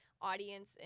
audience